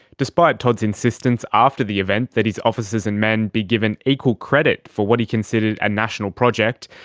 despite todd's insistence after the event that his officers and men be given equal credit for what he considered a national project,